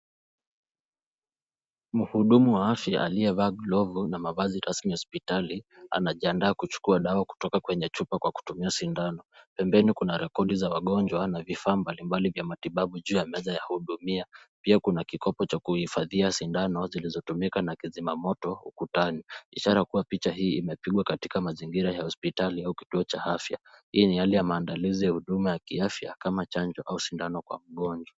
Mhudumu wa afya aliyevaa glovu na mavazi rasmi ya hospitali, anajiandaa kuchukua dawa kutoka kwenye chupa kwa kutumia sindano .Pembeni Kuna recordi za wagonjwa na vifaa mbali mbali vya matibabu juu ya meza hudumia .Pia Kuna kikopo cha kuhifadhia sindano zilizotumika na kizima moto ukutani .Ishara ya kuwa picha hii imepigwa katika mazingira hospitali au kituo cha afya .Hii ni hali ya maandalizi ya huduma ya kiafya, kama chanjo au sindano kwa mgonjwa.